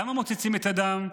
למה מוצצים את הדם?